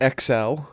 XL